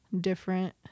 different